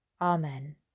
Amen